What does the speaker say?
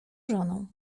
żoną